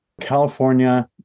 California